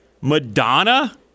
Madonna